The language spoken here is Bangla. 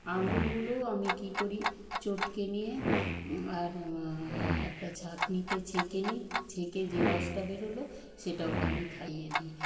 আঙুরগুলোও আমি কী করি চটকে নিয়ে আর একটা ছাঁকনিতে ছেঁকে নিই ছেঁকে যে রসটা বেরোলো সেটা ওকে আমি খাইয়ে দিই